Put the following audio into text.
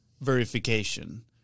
verification